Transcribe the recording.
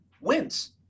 wins